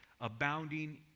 abounding